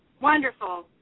Wonderful